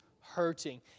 hurting